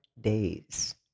days